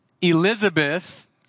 Elizabeth